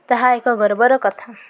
ତାହା ଏକ ଗର୍ବର କଥା